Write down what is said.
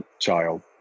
child